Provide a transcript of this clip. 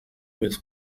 with